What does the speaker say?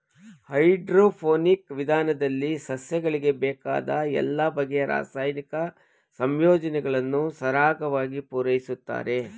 hydroponic ವಿಧಾನದಲ್ಲಿ ಸಸ್ಯಗಳಿಗೆ ಬೇಕಾದ ಎಲ್ಲ ಬಗೆಯ ರಾಸಾಯನಿಕ ಸಂಯೋಜನೆಗಳನ್ನು ಸರಾಗವಾಗಿ ಪೂರೈಸುತ್ತಾರೆ